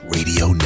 Radio